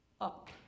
up